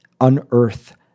unearth